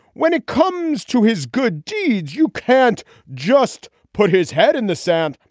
when it comes to his good deeds. you can't just put his head in the sand.